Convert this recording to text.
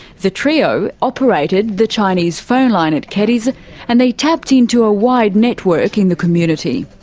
the trio operated the chinese phone line at keddies and they tapped into a wide network in the community.